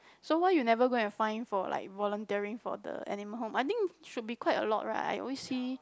so why you never go and find for like volunteering for the animal home I think should be quite a lot right I always see